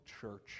church